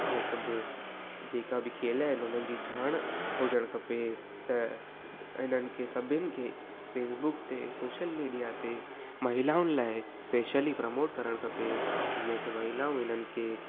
हीअ सभु जेका बि खेल आहिनि उन्हनि जी ॼाण अ हुजणु खपे त इन्हनि खे सभिनि खे फेसबुक ते सोशल मीडिया ते महिलाउनि लाइ स्पेशली प्रमोट करणु खपे जीअं की महिलाऊं इन्हनि खे